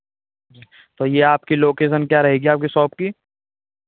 जी तो यह आपकी लोकेसन क्या रहेगी आपके सॉप की